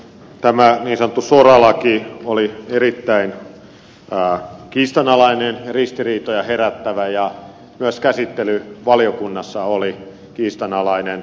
tämä niin sanottu soralaki oli erittäin kiistanalainen ja ristiriitoja herättävä ja myös käsittely valiokunnassa oli kiistanalainen